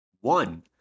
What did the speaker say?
one